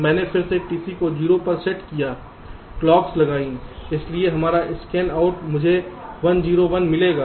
मैंने फिर से TC को 0 पर सेट लागू किया क्लॉक्स लगाईं इसलिए हमारा स्कैनआउट मुझे 1 0 1 मिलेगा